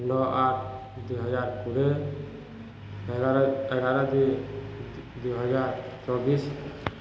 ନଅ ଆଠ ଦୁଇହଜାର କୋଡ଼ିଏ ଏଗାର ଏଗାର ଦୁଇ ଦୁଇହଜାର ଚବିଶ